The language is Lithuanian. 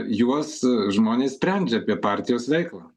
juos žmonės sprendžia apie partijos veiklą